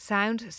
Sound